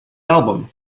album